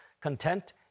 content